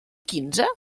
quinze